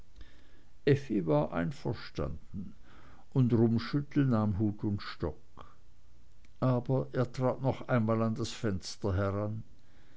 war einverstanden und rummschüttel nahm hut und stock aber er trat noch einmal an das fenster heran